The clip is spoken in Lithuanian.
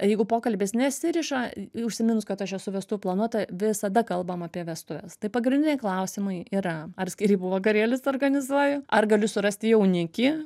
jeigu pokalbis nesiriša užsiminus kad aš esu vestuvių planuotoja visada kalbam apie vestuves tai pagrindiniai klausimai yra ar skyrybų vakarėlius organizuoju ar galiu surasti jaunikį